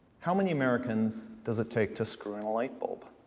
how many americans does it take to screw in a lightbulb?